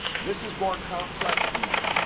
this is more complex than that,